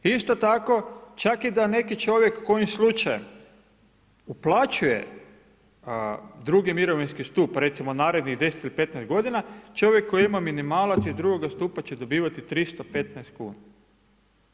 Isto tako, čak i da neki čovjek kojim slučajem uplaćuje drugi mirovinski stup recimo narednih 10-15 godina, čovjek koji ima minimalac iz drugog stupa će dobivati 315 kuna.